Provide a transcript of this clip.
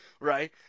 Right